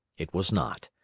it was not.